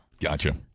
gotcha